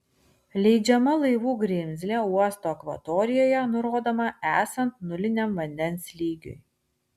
leidžiama laivų grimzlė uosto akvatorijoje nurodoma esant nuliniam vandens lygiui